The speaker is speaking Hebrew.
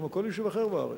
כמו כל יישוב אחר בארץ,